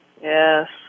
Yes